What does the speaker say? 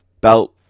Belt